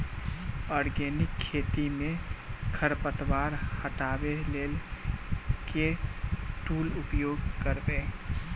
Organic खेती मे खरपतवार हटाबै लेल केँ टूल उपयोग करबै?